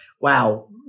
wow